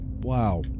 wow